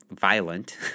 violent